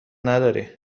نداره